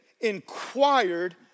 inquired